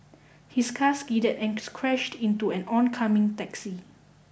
his car skidded and crashed into an oncoming taxi